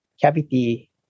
cavity